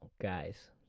guys